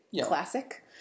Classic